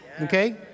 Okay